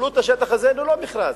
קיבלו את השטח הזה ללא מכרז.